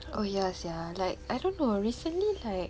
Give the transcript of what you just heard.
oh ya sia like I don't know recently like